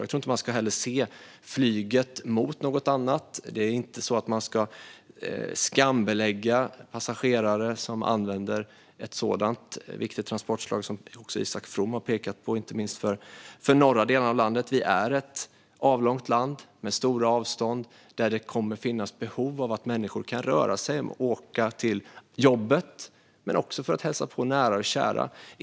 Jag tror inte heller att man ska sätta flyget mot något annat. Man ska inte skambelägga passagerare som använder ett så viktigt transportslag, inte minst för - vilket också Isak From har pekat på - de norra delarna av landet. Vi är ett avlångt land med stora avstånd där det kommer att finnas behov av att människor kan röra sig, åka till jobbet och hälsa på nära och kära.